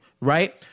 right